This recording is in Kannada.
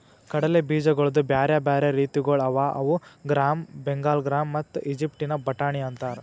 ಕಡಲೆ ಬೀಜಗೊಳ್ದು ಬ್ಯಾರೆ ಬ್ಯಾರೆ ರೀತಿಗೊಳ್ ಅವಾ ಅವು ಗ್ರಾಮ್, ಬೆಂಗಾಲ್ ಗ್ರಾಮ್ ಮತ್ತ ಈಜಿಪ್ಟಿನ ಬಟಾಣಿ ಅಂತಾರ್